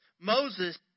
Moses